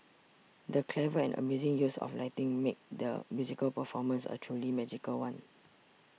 the clever and amazing use of lighting made the musical performance a truly magical one